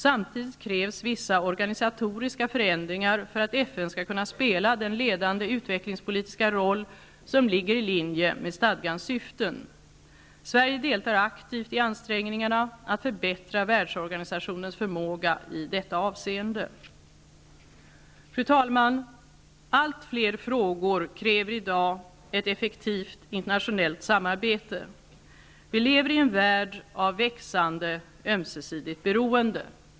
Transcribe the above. Samtidigt krävs vissa organisatoriska förändringar för att FN skall kunna spela den ledande utvecklingspolitiska roll som ligger i linje med stadgans syften. Sverige deltar aktivt i ansträngningarna att förbättra världsorganisationens förmåga i detta avseende. Fru talman! Allt fler frågor kräver i dag ett effektivt internationellt samarbete. Vi lever i en värld av växande ömsesidigt beroende.